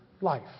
life